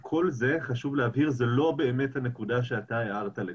חשוב להבהיר שכל זה הוא לא באמת הנקודה שאתה הערת לגביה.